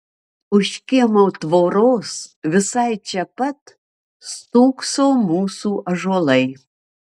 už kiemo tvoros visai čia pat stūkso mūsų ąžuolai